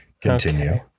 continue